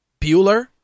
Bueller